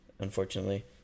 Unfortunately